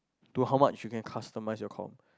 to how much you can customised your com